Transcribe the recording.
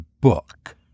book